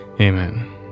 amen